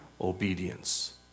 obedience